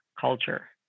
culture